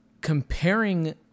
comparing